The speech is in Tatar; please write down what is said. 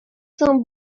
соң